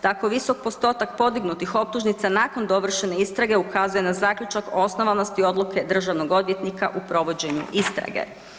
Tako visok postotak podignutih optužnica nakon dovršene istrage ukazuje na zaključak o osnovanosti odluke državnog odvjetnika u provođenju istrage.